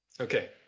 Okay